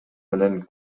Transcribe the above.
менен